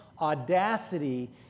audacity